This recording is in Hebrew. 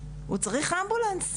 הוא צריך אמבולנס,